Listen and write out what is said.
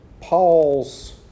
Paul's